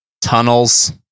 tunnels